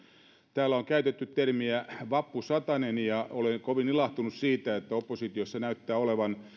täällä on käytetty termiä vappusatanen ja olen kovin ilahtunut siitä että oppositiossa näyttää olevan